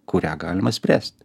kurią galima spręsti